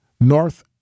North